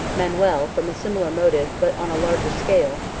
manuel, from a similar motive, but on a larger scale,